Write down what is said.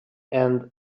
and